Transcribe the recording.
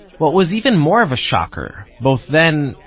what was even more of a shocker, both then,